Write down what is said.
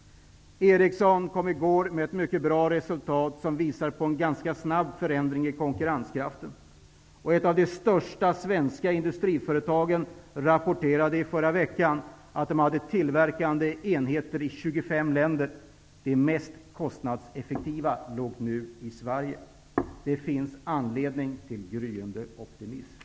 Ericsson kom i går med ett mycket bra resultat, som visar på en ganska snabb förändring i konkurrenskraften. Ett av de största svenska industriföretagen rapporterade i förra veckan att man hade tillverkande enheter i 25 länder och att de mest kostnadseffektiva nu låg i Sverige. Det finns anledning till gryende optimism.